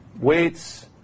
weights